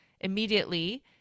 immediately